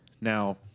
Now